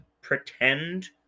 pretend